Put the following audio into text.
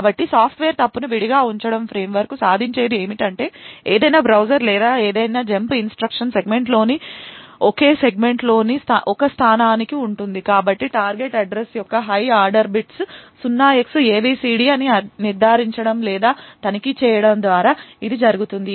కాబట్టి సాఫ్ట్వేర్ తప్పును విడిగా ఉంచడం ఫ్రేమ్వర్క్ సాధించేది ఏమిటంటే ఏదైనా బ్రాంచ్ లేదా జంప్ ఇన్స్ట్రక్షన్ సెగ్మెంట్లోనిఒకే సెగ్మెంట్లోని ఒక స్థానానికి ఉంటుంది కాబట్టి టార్గెట్ అడ్రస్ యొక్క హై ఆర్డర్ బిట్స్ 0Xabcd అని నిర్ధారించడం లేదా తనిఖీ చేయడం ద్వారా ఇది జరుగుతుంది